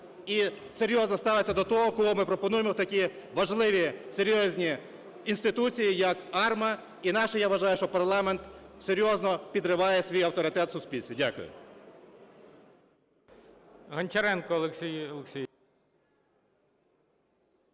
і серйозно ставитися до того, кого ми пропонуємо в такі важливі, серйозні інституції, як АРМА, інакше, я вважаю, що парламент серйозно підриває свій авторитет у суспільстві. Дякую.